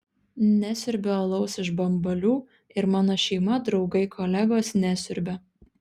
nesiurbiu alaus iš bambalių ir mano šeima draugai kolegos nesiurbia